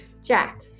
jack